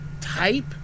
type